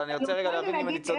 אבל אני רוצה רגע להבין אם אני צודק.